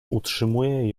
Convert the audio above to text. utrzymuje